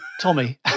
Tommy